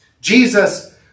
Jesus